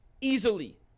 easily